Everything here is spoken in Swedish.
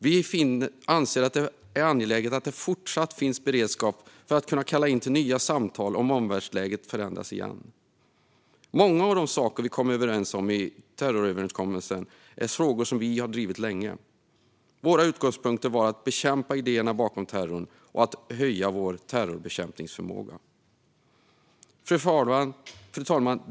Vi anser att det är angeläget att det fortsatt finns beredskap för att kunna kalla in till nya samtal om omvärldsläget förändras igen. Många av de saker som vi kom överens om i terroröverenskommelsen är frågor som vi har drivit länge. Våra utgångspunkter var att bekämpa idéerna bakom terrorn och att höja vår terrorbekämpningsförmåga. Fru talman!